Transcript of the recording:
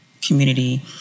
Community